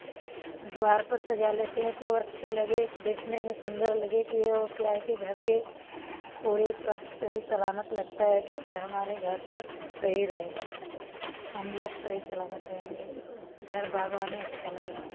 द्वार पर सजा लेते हैं की अच्छे लगे देखने में सुंदर लगे कि वह क्या है कि घर पर पूरी स्वस्थ सही सलामत लगता है कि के हमारे घर पर सही रहेगा हम लोग सही सलामत रहेंगे घर बाग़बानी अच्छा लगेगा